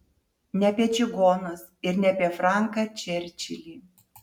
ne apie čigonus ir ne apie franką čerčilį